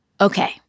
Okay